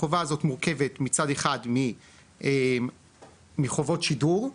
החובה הזאת מורכבת מצד אחד מחובות שידור,